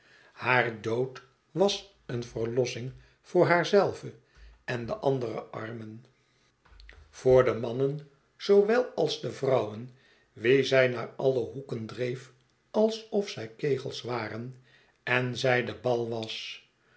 haar dood was een verlossing voor haar zelve en de andere armen voor de mannen zoor schetsen van boz wel als de vrouwen wie zij naar alle hoeken dreef alsofzij kegels waren en zij de bal was